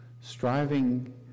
striving